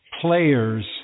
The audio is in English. players